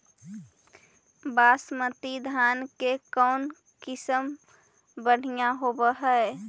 बासमती धान के कौन किसम बँढ़िया होब है?